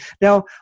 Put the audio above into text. Now